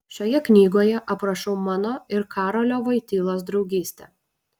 šioje knygoje aprašau mano ir karolio voitylos draugystę